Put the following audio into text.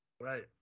Right